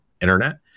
internet